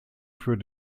für